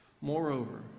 Moreover